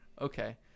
okay